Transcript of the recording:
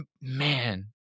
man